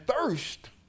thirst